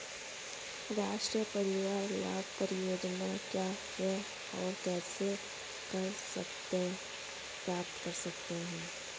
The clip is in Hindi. राष्ट्रीय परिवार लाभ परियोजना क्या है और इसे कैसे प्राप्त करते हैं?